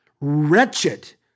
wretched